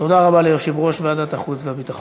תודה רבה ליושב-ראש ועדת החוץ והביטחון.